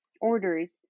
orders